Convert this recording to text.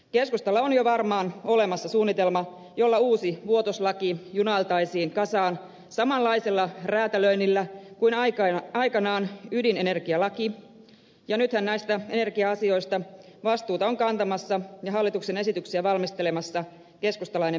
keskustalla on jo varmaan olemassa suunnitelma jolla uusi vuotos laki junailtaisiin kasaan samanlaisella räätälöinnillä kuin aikanaan ydinenergialaki ja nythän näistä energia asioista vastuuta on kantamassa ja hallituksen esityksiä valmistelemassa keskustalainen ministeri pekkarinen